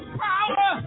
power